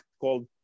called